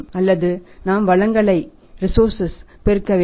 அல்லது நாம் வளங்களை போடுங்க பெருக்க வேண்டும்